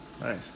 Nice